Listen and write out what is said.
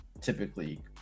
typically